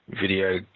video